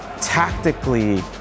tactically